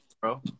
bro